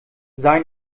sei